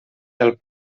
del